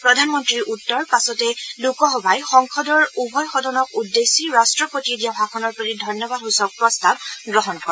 প্ৰধানমন্ত্ৰীৰ উত্তৰ পাছতে লোকসভাই সংসদৰ উভয় সদনক উদ্দেশ্যি ৰাষ্ট্ৰপতিয়ে দিয়া ভাষণৰ প্ৰতি ধন্যবাদ সূচক প্ৰস্তাৱ গ্ৰহণ কৰে